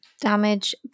Damage